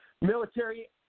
military